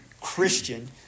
Christian